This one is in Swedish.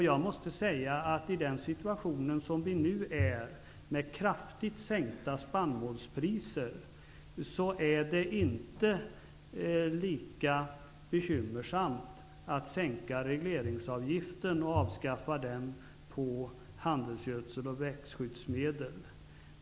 Jag måste säga, att det i den situation som vi nu är i med kraftigt sänkta spannmålspriser inte är lika bekymmersamt att sänka regleringasvgiften och avskaffa den på handelsgödsel och växtskyddsmedel.